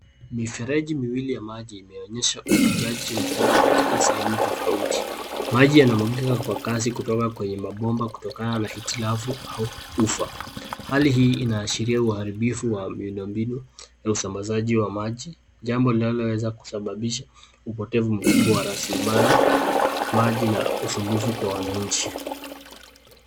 Mifereji miwili ya maji imeonyesha uvujaji mkubwa katika sehemu tofauti. Maji yanamwagika kwa kasi kutoka kwenye mabomba kutokana na hitilafu au ufa. Hali hii inaashiria uharibifu wa miundombinu na usambazaji wa maji, jambo linaloweza kusababisha upotevu mkubwa wa rasilimali, maji na usumbufu kwa wananchi.